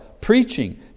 preaching